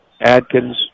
Adkins